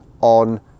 on